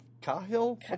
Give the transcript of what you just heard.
Cahill